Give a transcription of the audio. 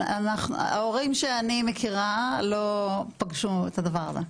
ההורים שאני מכירה לא פגשו את הדבר הזה.